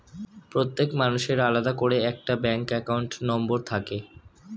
প্রত্যেক মানুষের আলাদা করে একটা ব্যাঙ্ক অ্যাকাউন্ট নম্বর থাকে